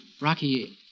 Rocky